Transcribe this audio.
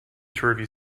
turvy